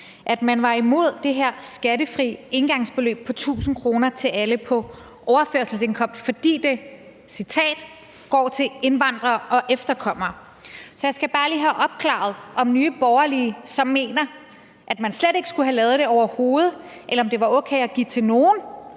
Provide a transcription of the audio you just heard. at man var imod det her skattefri engangsbeløb på 1.000 kr. til alle på overførselsindkomst, fordi det – og jeg citerer – går til indvandrere og efterkommere. Jeg skal bare lige have opklaret, om Nye Borgerlige så mener, at man slet ikke skulle have lavet det overhovedet, eller om det er okay at give til nogle